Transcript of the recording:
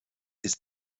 ist